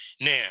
Now